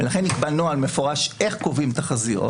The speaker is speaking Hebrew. ולכן נקבע נוהל מפורש איך קובעים תחזיות.